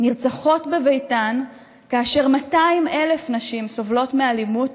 נרצחות בביתן, כאשר 200,000 נשים סובלות מאלימות,